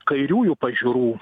kairiųjų pažiūrų